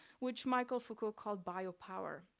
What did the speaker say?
which michel foucault called biopower.